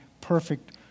perfect